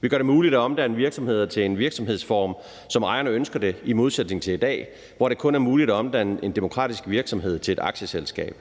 Vi gør det muligt at omdanne virksomheder til en virksomhedsform, som ejerne ønsker det, i modsætning til i dag, hvor det kun er muligt at omdanne en demokratisk virksomhed til et aktieselskab.